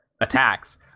attacks